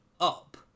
up